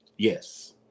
Yes